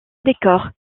décor